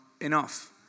enough